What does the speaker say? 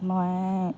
মই